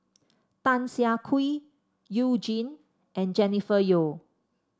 Tan Siah Kwee You Jin and Jennifer Yeo